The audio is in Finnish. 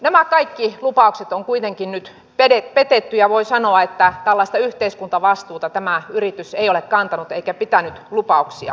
nämä kaikki lupaukset on kuitenkin nyt petetty ja voi sanoa että tällaista yhteiskuntavastuuta tämä yritys ei ole kantanut eikä pitänyt lupauksiaan